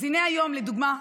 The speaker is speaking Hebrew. אז הינה היום לדוגמה.